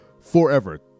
forever